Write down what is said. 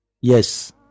Yes